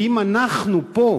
כי אם אנחנו פה,